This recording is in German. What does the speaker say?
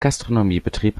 gastronomiebetrieb